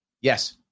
Yes